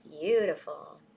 Beautiful